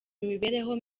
imibereho